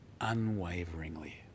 unwaveringly